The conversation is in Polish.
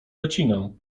łacinę